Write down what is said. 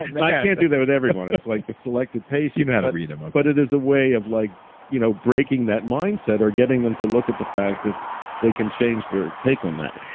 i can't do that with everyone. it's like the selected pace you know how to read them but it is a way of like you know breaking that mindset or getting them to look at the fact that they can change their take on that.